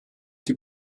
die